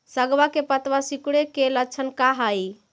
सगवा के पत्तवा सिकुड़े के लक्षण का हाई?